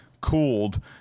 cooled